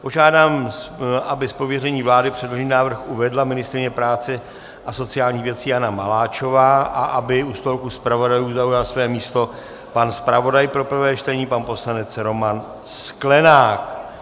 Požádám, aby z pověření vlády předložený návrh uvedla ministryně práce a sociálních věcí Jana Maláčová a aby u stolku zpravodajů zaujal své místo pan zpravodaj pro prvé čtení, pan poslanec Roman Sklenák.